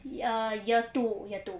err year two year two